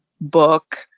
book